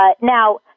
Now